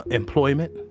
employment.